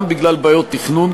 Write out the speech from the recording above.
גם בגלל בעיות תכנון,